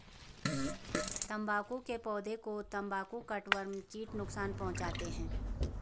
तंबाकू के पौधे को तंबाकू कटवर्म कीट नुकसान पहुंचाते हैं